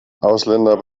ausländer